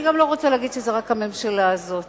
אני גם לא רוצה להגיד שזה רק הממשלה הזאת.